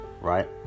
right